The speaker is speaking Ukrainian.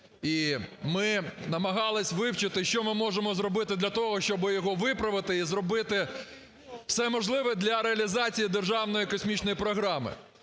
І ми намагались вивчити, що ми можемо зробити для того, щоб його виправити і зробити все можливе для реалізації Державної космічної програми.